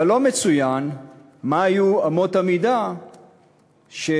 אבל לא מצוין מה יהיו אמות המידה שלאורן